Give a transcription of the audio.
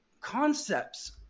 concepts